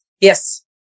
Yes